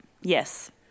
Yes